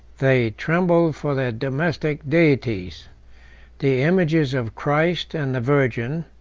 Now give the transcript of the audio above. they trembled for their domestic deities the images of christ and the virgin,